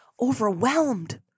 overwhelmed